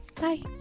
Bye